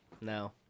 No